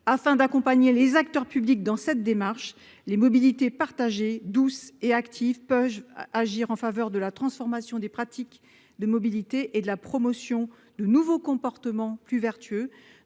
Afin d'accompagner les acteurs publics dans cette démarche, les mobilités partagées, douces et actives peuvent agir en faveur de la transformation des pratiques de mobilité et de la promotion de nouveaux comportements plus vertueux.